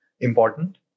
important